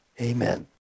Amen